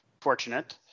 fortunate